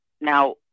now